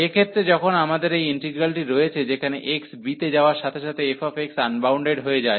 এক্ষেত্রে যখন আমাদের এই ইন্টিগ্রালটি রয়েছে যেখানে x b তে যাওয়ার সাথে সাথে f আনবাউন্ডেড হয়ে যায়